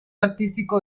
artístico